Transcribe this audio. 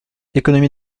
économie